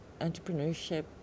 entrepreneurship